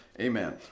Amen